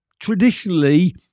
Traditionally